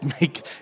make